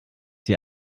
die